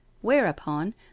Whereupon